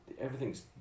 everything's